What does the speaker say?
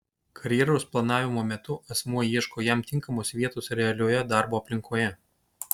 karjeros planavimo metu asmuo ieško jam tinkamos vietos realioje darbo aplinkoje